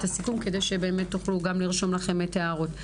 הסיכום כדי שבאמת תוכלו גם לרשום לכן את ההערות.